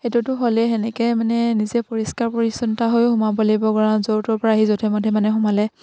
সেইটোতো হ'লে সেনেকে মানে নিজে পৰিষ্কাৰ পৰিচ্ছন্নতা হৈ সোমাব লাগিব কৰা য'ৰ তৰ পৰা আহি যধেমধে মানে সোমালে